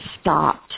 stopped